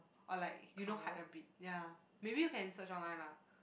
or like you know hide a bit ya maybe you can search online lah